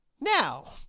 now